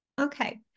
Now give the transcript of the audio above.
Okay